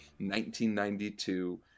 1992